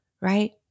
right